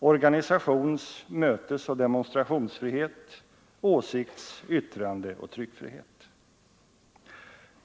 organisations-, mötesoch demonstrationsfrihet; åsikts-, yttrandeoch tryckfrihet”.